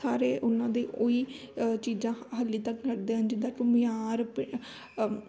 ਸਾਰੇ ਉਹਨਾਂ ਦੇ ਓਈ ਅ ਚੀਜ਼ਾਂ ਹਾਲੇ ਤੱਕ ਕਰਦੇ ਹਨ ਜਿੱਦਾਂ ਘੁਮਿਆਰ ਪੇ ਅ